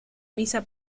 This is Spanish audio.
misa